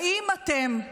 האם אתם,